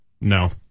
No